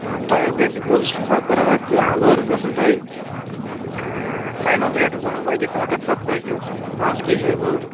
تۅہہِ حظ گژھِ یہِ بہٕ اوسُس حِساب کَران اَتھ لٲرٕس گژھان تۅہہِ فاینل ریٹ حظ ونہو بہٕ اَکے ساتہٕ اکھ یتھ ستتھ رۄپیہِ حظ پانٛژھ کی جی لٲر